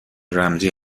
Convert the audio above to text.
رمزی